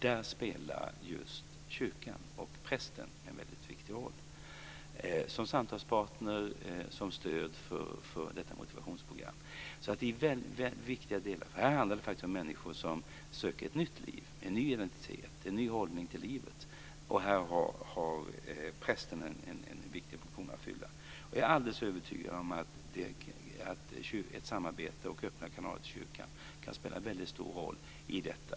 Där spelar just kyrkan och prästen en väldigt viktig roll som samtalspartner och stöd för detta motivationsprogram. Det här är väldigt viktiga delar. Här handlar det om människor som söker ett nytt liv med en ny identitet och en ny hållning till livet, och här har prästen en viktig funktion att fylla. Jag är alldeles övertygad om att samarbete med och öppna kanaler till kyrkan kan spela en väldigt stor roll i detta.